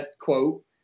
quote